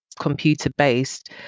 computer-based